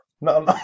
No